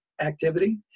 activity